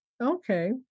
Okay